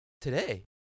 today